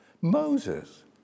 Moses